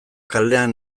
kalean